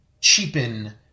cheapen